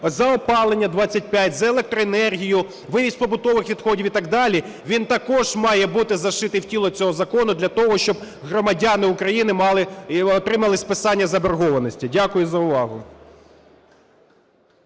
за опалення – 25, за електроенергію, вивіз побутових відходів і так далі, він також має бути зашитий в тіло цього закону для того, щоб громадяни України отримали списання заборгованості. Дякую за увагу.